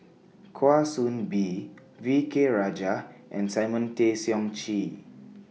Kwa Soon Bee V K Rajah and Simon Tay Seong Chee